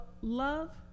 Love